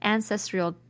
Ancestral